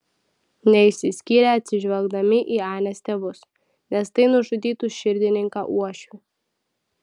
neišsiskyrė atsižvelgdami į anės tėvus nes tai nužudytų širdininką uošvį